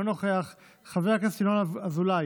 אינו נוכח, חבר הכנסת ינון אזולאי,